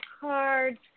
cards